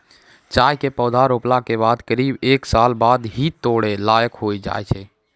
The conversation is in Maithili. चाय के पौधा रोपला के बाद करीब एक साल बाद ही है तोड़ै लायक होय जाय छै